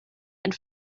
and